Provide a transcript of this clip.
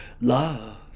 love